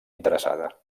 interessada